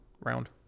round